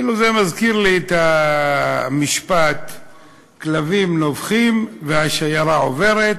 זה מזכיר לי את המשפט "הכלבים נובחים והשיירה עוברת",